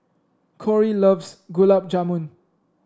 Corie loves Gulab Jamun